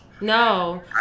No